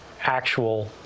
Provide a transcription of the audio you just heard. actual